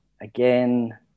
again